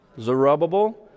Zerubbabel